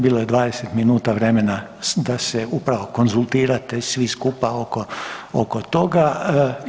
Bilo je 20 minuta vremena da se upravo konzultirate i svi skupa oko, oko toga.